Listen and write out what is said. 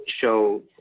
show